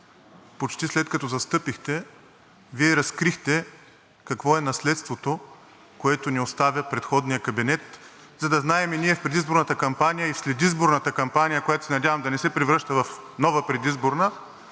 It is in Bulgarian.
почти след като застъпихте, Вие разкрихте какво е наследството, което ни оставя предходният кабинет, за да знаем и ние в предизборната кампания и в следизборната кампания, която се надявам да не се превръща в нова предизборна,